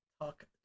talk